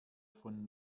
von